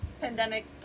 pandemic